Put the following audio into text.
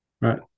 right